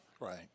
right